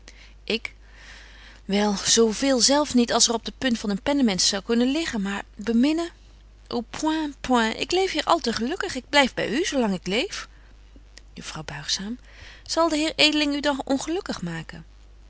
ik wel zo veel zelf niet als er op de punt van een pennemes zou kunnen liggen maar beminnen ô point point ik leef hier al te gelukkig ik blyf by u zo lang ik leef juffrouw buigzaam zal de heer edeling u dan ongelukkig maken